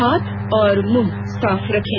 हाथ और मुंह साफ रखें